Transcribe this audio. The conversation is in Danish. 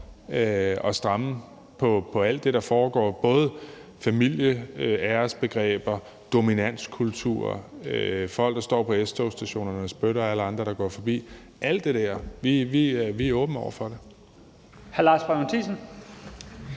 at stramme på alt det, der foregår, både med hensyn til familieæresbegreber, dominanskultur og folk, der står på S-togsstationerne og spytter efter alle andre, der går forbi. Vi er åbne over for alt